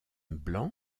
blanc